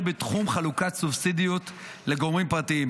בתחום חלוקת סובסידיות לגורמים פרטיים,